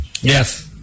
Yes